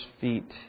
feet